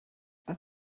add